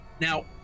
Now